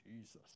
Jesus